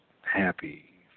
happy